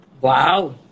Wow